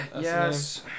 yes